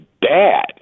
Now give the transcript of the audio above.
bad